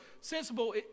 sensible